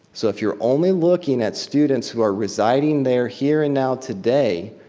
so if you're only looking at students who are residing there, here and now today,